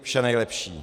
Vše nejlepší.